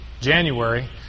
January